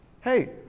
hey